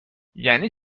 یعنی